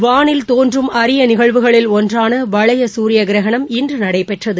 வாளில் தோன்றும் அரியநிகழ்வுகளில் ஒன்றானவளையசூரியகிரகணம் இன்றுநடைபெற்றது